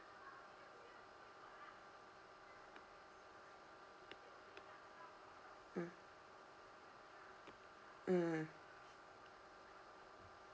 mm mm